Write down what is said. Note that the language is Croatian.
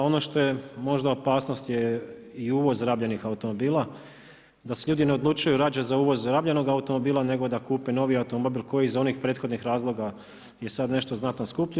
Ono što je možda opasnost je i uvoz rabljenih automobila, da se ljudi ne odlučuju rađe za uvoz rabljenog automobila, nego da kupe novi automobil koji iz onih prethodnih razloga je sad nešto skuplji.